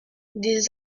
des